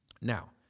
Now